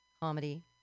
comedy